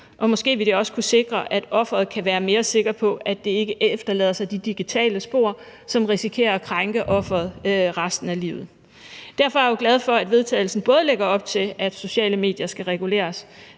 og måske vil det også kunne sikre, at offeret kan være mere sikker på, at det ikke efterlader sig de digitale spor, som risikerer at krænke offeret resten af livet. Derfor er jeg glad for, at vedtagelsen både lægger op til, at sociale medier skal reguleres,